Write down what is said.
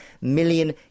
million